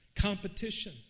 competition